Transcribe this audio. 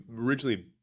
originally